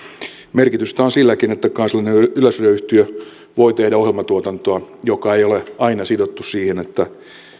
merkitystä on silläkin että kansallinen yleisradioyhtiö voi tehdä ohjelmatuotantoa joka ei ole aina sidottu siihen että